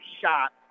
shot